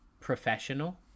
professional